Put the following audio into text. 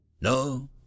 no